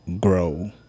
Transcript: grow